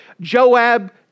Joab